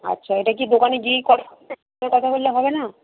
আচ্ছা এটা কি দোকানে গিয়েই কথা বললে হবে না